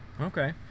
okay